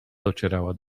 docierała